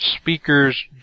speakers